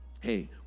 hey